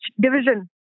division